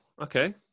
Okay